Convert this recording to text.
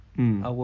mm